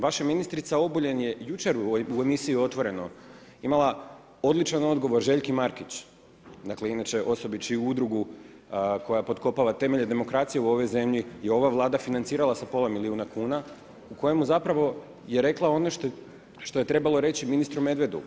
Vaša ministrica Obuljen je jučer u emisiji Otvoreno imala odličan odgovor Željki Markić, dakle inače osobi čiju udrugu koja potkopava temelje demokracije u ovoj zemlji je i ova Vlada financirala sa pola milijuna kuna u kojemu zapravo je rekla ono što je trebalo reći ministru Medvedu.